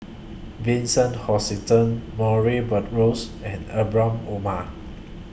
Vincent Hoisington Murray Buttrose and Ibrahim Omar